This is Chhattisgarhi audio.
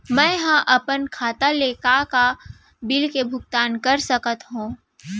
मैं ह अपन खाता ले का का बिल के भुगतान कर सकत हो